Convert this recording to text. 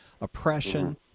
oppression